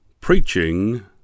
preaching